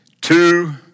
two